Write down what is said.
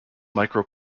micro